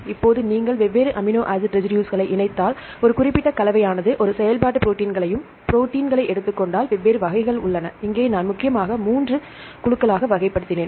இப்போது நீங்கள் வெவ்வேறு அமினோ ஆசிட் ரெசிடுஸ்களை இணைத்தால் ஒரு குறிப்பிட்ட கலவையானது ஒரு செயல்பாட்டு ப்ரோடீன்யும் நீங்கள் ப்ரோடீன்களை எடுத்துக்கொண்டால் வெவ்வேறு வகைகள் உள்ளன இங்கே நான் முக்கியமாக 3 வெவ்வேறு குழுக்களாக வகைப்படுத்தப்பட்டேன்